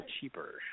cheaper